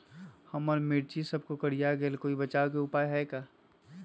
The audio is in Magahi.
हमर मिर्ची सब कोकररिया गेल कोई बचाव के उपाय है का?